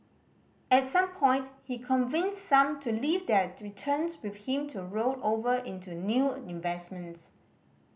at some point he convinced some to leave their returns with him to roll over into new investments